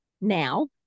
now